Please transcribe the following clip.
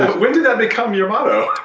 when did that become your motto?